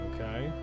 Okay